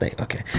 okay